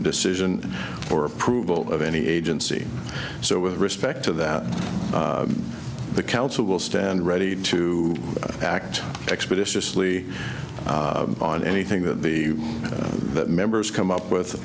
decision or approval of any agency so with respect to that the council will stand ready to act expeditiously on anything that the members come up with